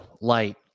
light